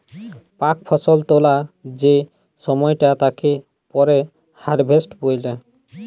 পাক ফসল তোলা যে সময়টা তাকে পরে হারভেস্ট বলে